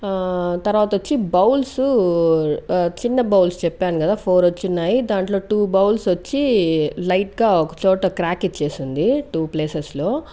తర్వాత వచ్చి బౌల్స్ చిన్న బౌల్స్ చెప్పాను కదా ఫోర్ వచ్చున్నాయి దాంట్లో టూ బౌల్స్ వచ్చి లైట్గా ఒక చోట క్రాక్ ఇచేసింది టూ ప్లేసెస్లో